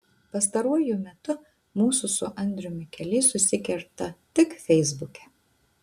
pastaruoju metu mūsų su andriumi keliai susikerta tik feisbuke